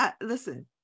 listen